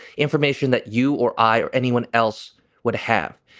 information that you or i or anyone else would have.